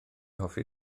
hoffi